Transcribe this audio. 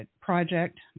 project